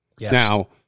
Now